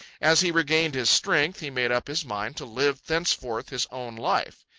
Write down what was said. as he regained his strength he made up his mind to live thenceforth his own life.